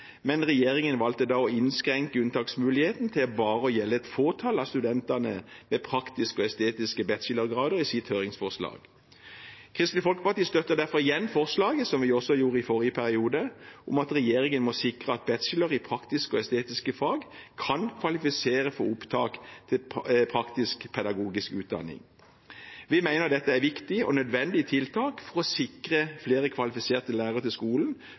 men regjeringen valgte da å innskrenke unntaksmuligheten til bare å gjelde et fåtall av studentene som tar praktiske og estetiske bachelorgrader, i sitt høringsforslag. Kristelig Folkeparti støtter derfor igjen – som vi gjorde også i forrige periode – forslaget om at regjeringen må sikre at bachelor i praktiske og estetiske fag kvalifiserer for opptak til praktisk-pedagogisk utdanning . Vi mener at dette er et viktig og nødvendig tiltak for å sikre flere kvalifiserte lærere i skolen